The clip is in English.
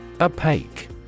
Opaque